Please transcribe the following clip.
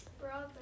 Brother